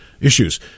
issues